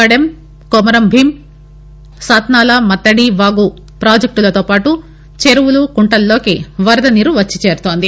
కండెం కొమరం భీం సాత్నాల మత్తడి వాగు పాజెక్షులతో పాటుగా చెరువులు కుంటలలోకి వరద నీరు వచ్చిచేరుతోంది